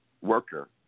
worker